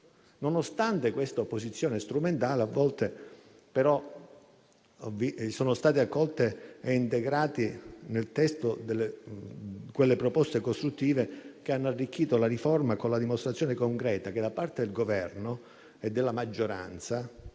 Nonostante questa opposizione strumentale, a volte però sono state accolte e integrate nel testo quelle proposte costruttive che hanno arricchito la riforma, con la dimostrazione concreta che da parte del Governo e della maggioranza